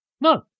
No